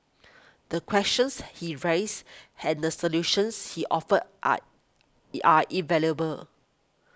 the questions he raised and the solutions he offered are E are invaluable